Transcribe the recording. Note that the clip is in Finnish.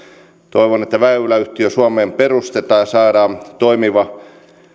toivon että väyläyhtiö suomeen perustetaan ja saadaan toimiva